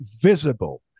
visible